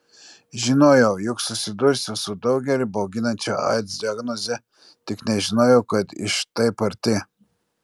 žinojau jog susidursiu su daugelį bauginančia aids diagnoze tik nežinojau kad iš taip arti